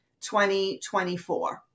2024